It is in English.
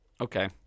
okay